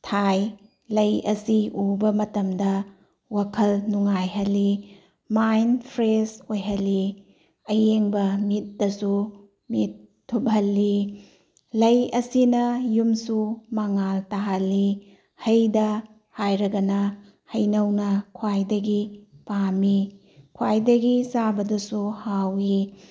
ꯊꯥꯏ ꯂꯩ ꯑꯁꯤ ꯎꯕ ꯃꯇꯝꯗ ꯋꯥꯈꯜ ꯅꯨꯉꯥꯏꯍꯜꯂꯤ ꯃꯥꯏꯟ ꯐ꯭ꯔꯤꯁ ꯑꯣꯏꯍꯜꯂꯤ ꯑꯌꯦꯡꯕ ꯃꯤꯠꯇꯁꯨ ꯃꯤꯠ ꯊꯨꯞꯍꯜꯂꯤ ꯂꯩ ꯑꯁꯤꯅ ꯌꯨꯝꯁꯨ ꯃꯉꯥꯜ ꯇꯥꯍꯜꯂꯤ ꯍꯩꯗ ꯍꯥꯏꯔꯒꯅ ꯍꯩꯅꯧꯅ ꯈ꯭ꯋꯥꯏꯗꯒꯤ ꯄꯥꯝꯃꯤ ꯈ꯭ꯋꯥꯏꯗꯒꯤ ꯆꯥꯕꯗꯨꯁꯨ ꯍꯥꯎꯏ